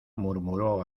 murmuró